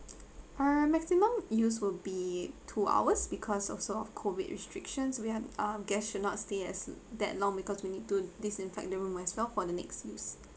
uh maximum use will be two hours because also of COVID restrictions we have uh guests should not stay as that long because we need to disinfect the room as well for the next use